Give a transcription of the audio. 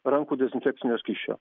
rankų dezinfekcinio skysčio